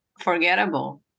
forgettable